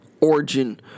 origin